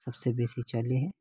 सभसे बेसी चलै है